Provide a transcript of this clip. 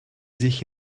sich